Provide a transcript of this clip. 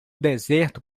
deserto